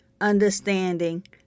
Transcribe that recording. understanding